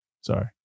Sorry